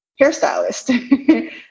hairstylist